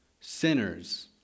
sinners